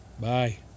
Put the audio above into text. Bye